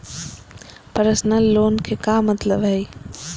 Personal loan के का मतलब हई?